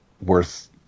worth